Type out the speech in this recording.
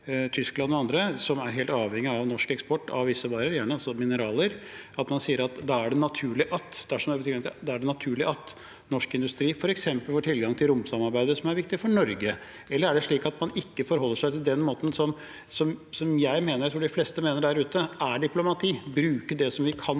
som er helt avhengige av norsk eksport av visse varer, gjerne også mineraler, at det er naturlig at norsk industri f.eks. får tilgang til romsamarbeidet, som er viktig for Norge. Eller er det slik at man ikke forholder seg til den måten som jeg, og jeg tror de fleste der ute, mener er diplomati: bruke det vi kan